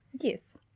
Yes